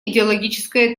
идеологическая